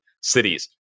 cities